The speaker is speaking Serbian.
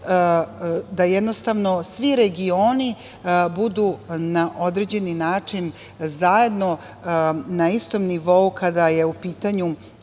da jednostavno svi regioni budu na određeni način zajedno, na istom nivou kada je u pitanju